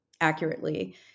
accurately